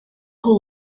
who